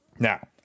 Now